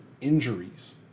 injuries